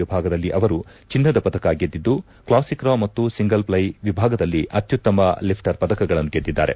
ವಿಭಾಗದಲ್ಲಿ ಅವರು ಚಿನ್ನದ ಪದಕ ಗೆದ್ದಿದ್ದು ಕ್ಲಾಸಿಕ್ ರಾ ಮತ್ತು ಸಿಂಗಲ್ ಫ್ಲೈ ವಿಭಾಗದಲ್ಲಿ ಅತ್ಯುತ್ತಮ ಲಿಫ್ಟರ್ ಪದಕಗಳನ್ನು ಗೆದ್ದಿದ್ದಾರೆ